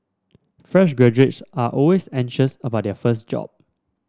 fresh graduates are always anxious about their first job